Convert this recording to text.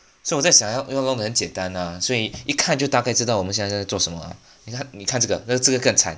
so 我在想要要弄的很简单 lah 所以一看就大概知道我们现在做什么 liao 你看你看这个这个更惨